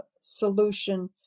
solution